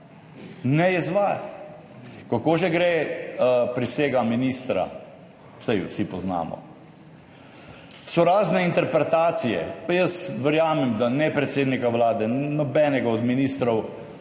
Ne izvaja! Kako že gre prisega ministra? Saj jo vsi poznamo. So razne interpretacije, pa jaz verjamem, da ne predsednika Vlade, nobenega od ministrov,